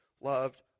loved